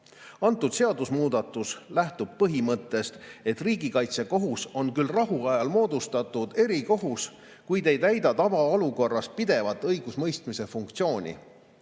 seadusemuudatus lähtub põhimõttest, et Riigikaitsekohus on küll rahuajal moodustatud erikohus, kuid ei täida tavaolukorras pidevat õigusemõistmise funktsiooni.